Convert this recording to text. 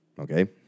okay